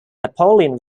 napoleon